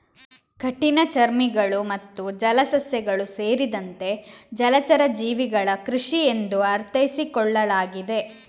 ಕಠಿಣಚರ್ಮಿಗಳು ಮತ್ತು ಜಲಸಸ್ಯಗಳು ಸೇರಿದಂತೆ ಜಲಚರ ಜೀವಿಗಳ ಕೃಷಿ ಎಂದು ಅರ್ಥೈಸಿಕೊಳ್ಳಲಾಗಿದೆ